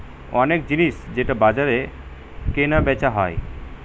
অনেক জিনিস যেটা বাজারে কেনা বেচা হয়